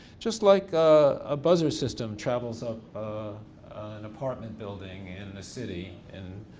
just like a buzzer system travels up an apartment building in the city and